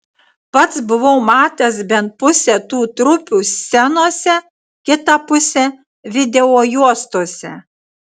pats buvau matęs bent pusę tų trupių scenose kitą pusę videojuostose